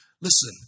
Listen